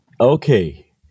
Okay